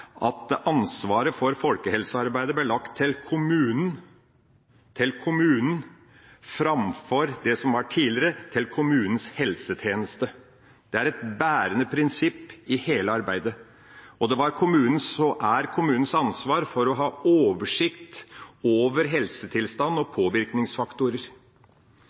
at ansvaret for folkehelsearbeidet ble lagt til kommunen, framfor slik det var tidligere: til kommunens helsetjeneste. Det er et bærende prinsipp i hele arbeidet. Det var – og er – kommunens ansvar å ha oversikt over helsetilstanden og påvirkningsfaktorer,